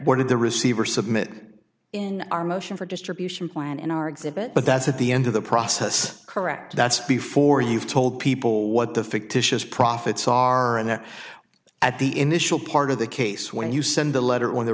what did the receiver submit in our motion for distribution plan in our exhibit but that's at the end of the process correct that's before you've told people what the fictitious profits are and then at the initial part of the case when you send a letter or when the